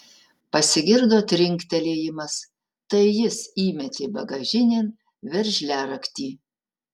pasigirdo trinktelėjimas tai jis įmetė bagažinėn veržliaraktį